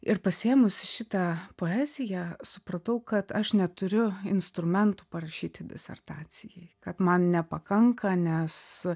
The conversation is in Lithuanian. ir pasiėmusi šitą poeziją supratau kad aš neturiu instrumentų parašyti disertacijai kad man nepakanka nes